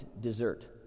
dessert